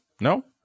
No